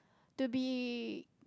to be